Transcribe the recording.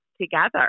together